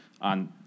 On